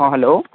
অঁ হেল্ল'